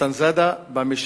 נתן זאדה בא משם,